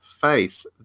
Faith